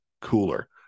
cooler